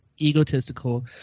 egotistical